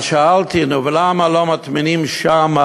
אז שאלתי: נו, ולמה לא מטמינים שם,